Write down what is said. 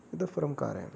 इतः परं कारयामि